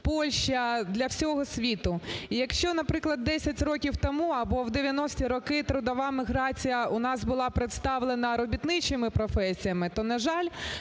Польща, для всього світу. І якщо, наприклад, 10 років тому або в дев'яності роки трудова міграція у нас була представлена робітничими професіями, то, на жаль,